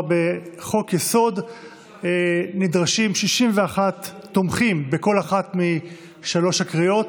בחוק-יסוד נדרשים 61 תומכים בכל אחת משלוש הקריאות.